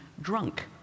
drunk